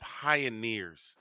pioneers